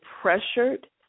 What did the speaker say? pressured